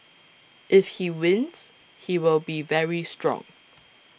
if he wins he will be very strong